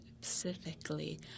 specifically